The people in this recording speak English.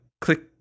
click